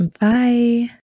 Bye